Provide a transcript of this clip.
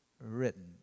written